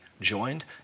joined